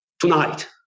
tonight